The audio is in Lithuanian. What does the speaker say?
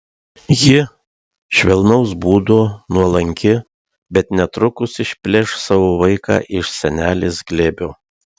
ji švelnaus būdo nuolanki bet netrukus išplėš savo vaiką iš senelės glėbio